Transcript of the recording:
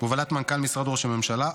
בהובלת מנכ"ל משרד ראש הממשלה,